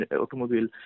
automobile